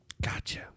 Gotcha